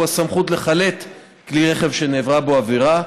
הוא הסמכות לחלט כלי רכב שנעברה בו עבירה,